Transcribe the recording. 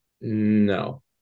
No